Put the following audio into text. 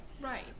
Right